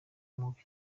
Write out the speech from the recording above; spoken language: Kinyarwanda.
mubi